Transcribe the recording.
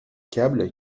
câble